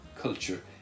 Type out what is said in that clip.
culture